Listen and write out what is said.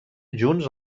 junts